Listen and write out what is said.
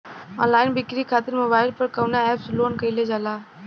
Online बिक्री खातिर mobile पर कवना एप्स लोन कईल जाला?